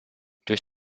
durch